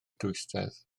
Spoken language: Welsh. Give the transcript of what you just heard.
dwysedd